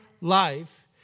life